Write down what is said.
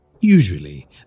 Usually